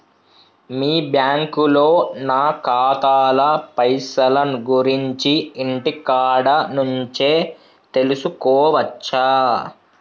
మీ బ్యాంకులో నా ఖాతాల పైసల గురించి ఇంటికాడ నుంచే తెలుసుకోవచ్చా?